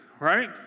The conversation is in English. right